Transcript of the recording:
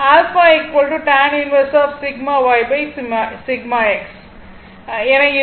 9o க்கு சமமாக இருக்கும்